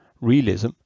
realism